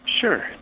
Sure